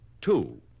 Two